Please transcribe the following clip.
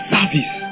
Service